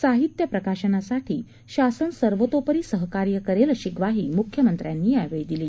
साहित्य प्रकाशनासाठी शासन सर्वतोपरी सहकार्य करेल अशी ग्वाही मूख्यमंत्र्यांनी यावळी दिली